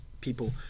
people